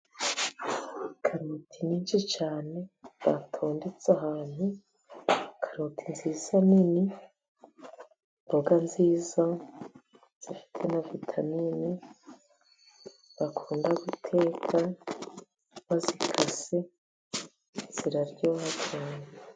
Karoti nyinshi cyane batondetse ahantu, karoti nziza nini, imboga nziza zifite na vitamini, bakunda guteka bazikase ziraryoha cyane.